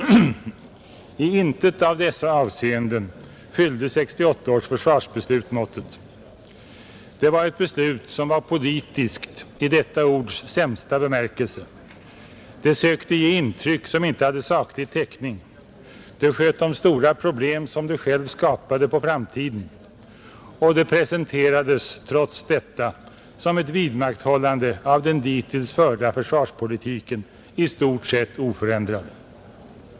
I intet av dessa avseenden fyllde 1968 års försvarsbeslut måttet. Det var ett beslut som var ”politiskt” i detta ords sämsta bemärkelse; det sökte ge intryck som inte hade saklig täckning, det sköt de stora problem som det självt hade skapat på framtiden, och det presenterades trots detta som ett vidmakthållande av den dittills förda försvarspolitiken i stort sett oförändrad.